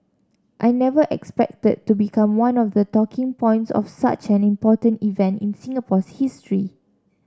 I never expected to become one of the talking points of such an important event in Singapore's history